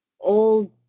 old